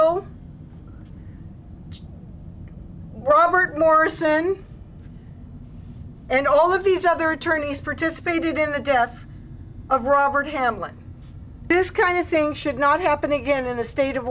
oh robert morrison and all of these other attorneys participated in the death of robert hamlin this kind of thing should not happen again in the state of